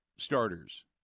Starters